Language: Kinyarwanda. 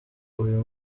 uyu